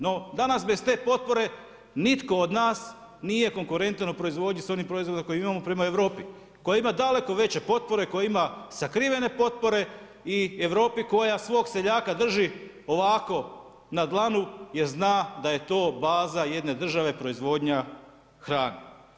No danas bez te potpore nitko od nas nije konkurentan u proizvodnji s onim proizvodima koje imamo prema Europi, koja ima daleko veće potpore, koja ima sakrivene potpore i Europi koja svog seljaka drži ovako na dlanu jer zna da je to baza jedne države proizvodnja hrane.